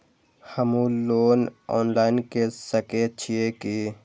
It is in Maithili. हमू लोन ऑनलाईन के सके छीये की?